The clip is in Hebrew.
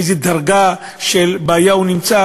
באיזו דרגה של בעיה הוא נמצא,